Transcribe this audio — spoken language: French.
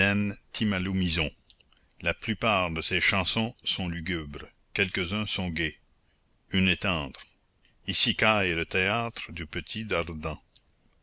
timoulamison la plupart de ces chansons sont lugubres quelques-unes sont gaies une est tendre icicaille est le théâtre du petit